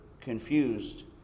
confused